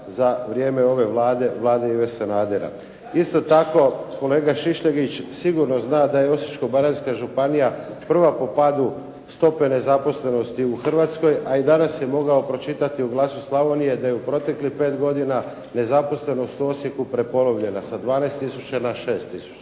za vrijeme ove Vlade, Vlade Ive Sanadera. Isto tako kolega Šišljagić sigurno zna da je Osječko-baranjska županija prva po padu stope nezaposlenosti u Hrvatskoj a i danas je mogao pročitati u „Glasu Slavonije“ da je u proteklih pet godina nezaposlenost u Osijeku prepolovljena sa 12 tisuća na